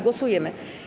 Głosujemy.